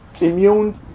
immune